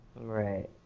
right